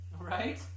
right